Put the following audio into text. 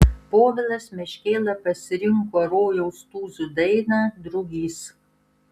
povilas meškėla pasirinko rojaus tūzų dainą drugys